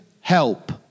help